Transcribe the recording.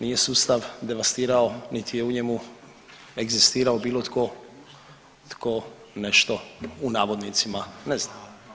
Nije sustav devastirao niti je u njemu egzistirao bilo tko, tko nešto u navodnicima ne zna.